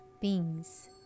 beings